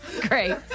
Great